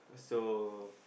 so